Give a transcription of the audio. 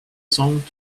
song